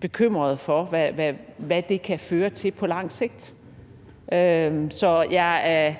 bekymrede for, hvad det kan føre til på lang sigt. Så jeg er